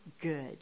good